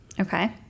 Okay